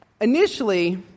Initially